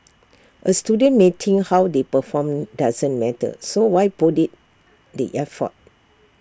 A student may think how they perform doesn't matter so why put IT the effort